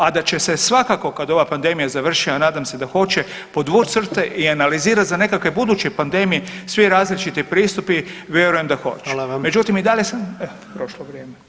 A da će se svakako kad ova pandemija završi, a nadam se da hoće, podvuć crte i analizirat za nekakve buduće pandemije svi različiti pristupi vjerujem da hoće [[Upadica predsjednik: Hvala vam.]] međutim i dalje sam, prošlo vrijeme.